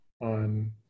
on